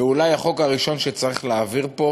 אולי החוק הראשון שצריך להעביר פה,